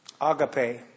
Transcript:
Agape